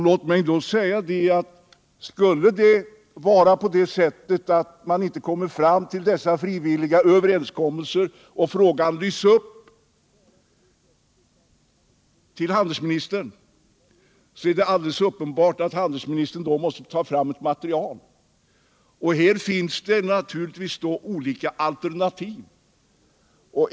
Låt mig då säga: Skulle man inte komma fram till frivilliga överenskommelser utan frågan lyftas upp till handelsministern, är det alldeles uppenbart att man då måste ta fram ett material. Troligen kommer det då att finnas olika alternativ.